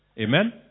Amen